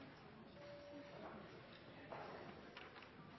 Så